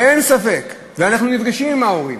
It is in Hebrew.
ואין ספק, ואנחנו נפגשים עם ההורים,